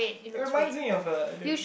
it reminds me of a the